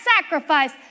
sacrifice